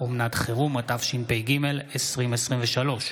התשפ"ג 2023,